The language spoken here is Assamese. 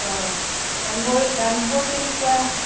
অঁ দামবোৰ কেনেকুৱা